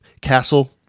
castle